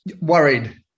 worried